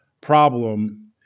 problem